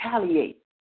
retaliate